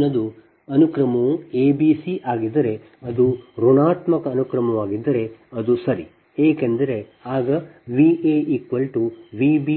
ಮುಂದಿನದು ಅನುಕ್ರಮವು a b c ಆಗಿದ್ದರೆ ಅದು ಋಣಾತ್ಮಕ ಅನುಕ್ರಮವಾಗಿದ್ದರೆ ಅದು ಸರಿ ಆಗ VaVa Va β Vb